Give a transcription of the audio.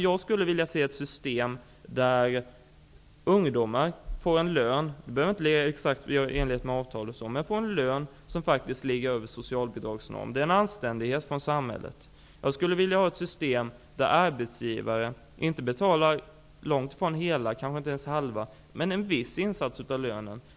Jag skulle vilja se ett system där ungdomar får en lön -- den behöver inte vara exakt i enlighet med avtalet -- som faktiskt ligger över socialbidragsnormen. Det är ett anständighetskrav för samhället. Jag skulle vilja ha ett system där arbetsgivarna betalar långt ifrån hela eller inte ens halva avtalsenliga lönen men en viss lön.